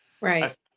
right